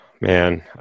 Man